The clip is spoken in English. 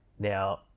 Now